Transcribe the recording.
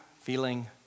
feeling